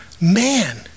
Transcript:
man